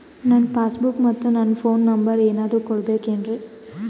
ನನ್ನ passbook ಮತ್ ನನ್ನ ಫೋನ್ ನಂಬರ್ ಏನಾದ್ರು ಕೊಡಬೇಕೆನ್ರಿ?